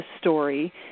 story